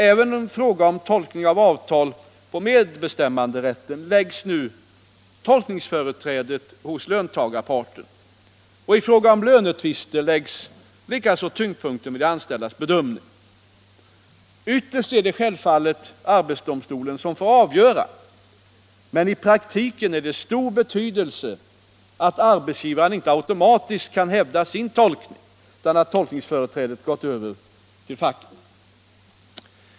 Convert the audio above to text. Även i fråga om tolkning av avtal och av medbestämmanderätten läggs nu tolkningsföreträdet hos löntagarparten, och i fråga om lönetvister läggs likaså tyngdpunkten vid de anställdas bedömning. Ytterst är det självfallet arbetsdomstolen som får avgöra frågorna, men i praktiken är det av stor betydelse att arbetsgivaren inte automatiskt kan hävda sin tolkning utan att tolkningsföreträdet gått över till facket.